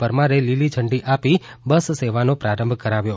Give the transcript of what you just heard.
પરમારે લીલી ઝંડી આપી બસ સેવાનો પ્રારંભ કરાવ્યો